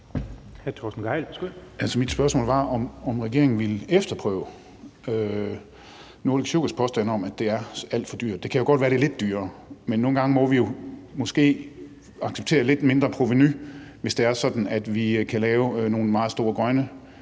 Mit spørgsmål var, om regeringen vil efterprøve Nordic Sugars påstand om, at det er alt for dyrt. Det kan jo godt være, at det er lidt dyrere, men nogle gange må vi måske acceptere et lidt mindre provenu, hvis det er sådan, at vi kan få nogle meget store grønne